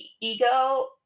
ego